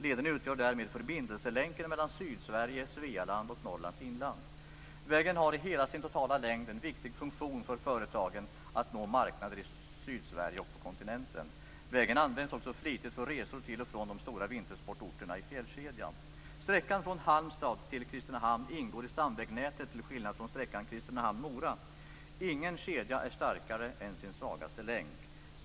Leden utgör därmed förbindelselänken mellan Sydsverige, Svealand och Norrlands inland. Vägen har, i hela sin totala längd, en viktig funktion för företagen att nå marknader i Sydsverige och på kontinenten. Vägen används också flitigt för resor till och från de stora vintersportorterna i fjällkedjan. Mora. Ingen kedja är starkare än sin svagaste länk.